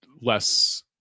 less